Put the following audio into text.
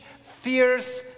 fierce